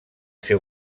ser